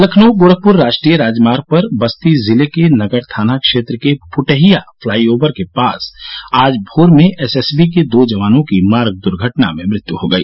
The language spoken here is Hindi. लखनऊ गोरखपुर राष्ट्रीय राजमार्ग पर बस्ती जिले के नगर थाना क्षेत्र के फुटहिया फ्लाईओवर के पास आज भोर में एसएसबी के दो जवानों की मार्ग दुघर्टना में मृत्यु हो गई